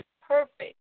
perfect